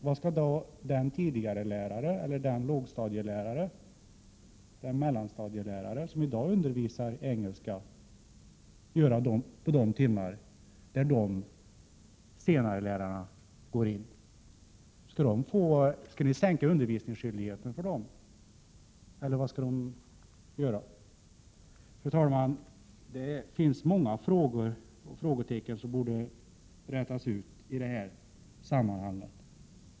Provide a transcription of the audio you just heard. Vad skall tidigarelärarna, lågstadielärarna eller mellanstadielärarna som i dag undervisar i engelska göra på de timmar då senarelärarna tar över deras undervisningstimmar? Skall ni sänka undervisningsskyldigheten för dem, eller vad skall ni göra? Fru talman! Det finns många frågor i det här sammanhanget.